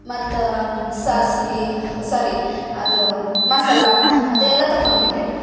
ಮತ್ತೆ ಸಾಸಿವೆ ಸೋರಿ ಅದು ಮಸಾಲೆ ಅದೆಲ್ಲ ತೊಗೊಂಡ್ಬಿಟ್ಟೆ